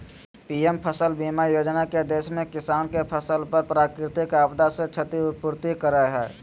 PM फसल बीमा योजना के देश में किसान के फसल पर प्राकृतिक आपदा से क्षति पूर्ति करय हई